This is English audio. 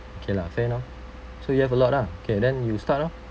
okay lah fair enough so you've a lot lah okay then you start lor